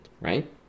right